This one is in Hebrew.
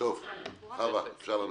אפשר להמשיך.